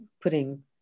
putting